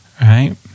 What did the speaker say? right